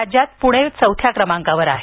राज्यात पुणे चौथ्या क्रमांकावर आहे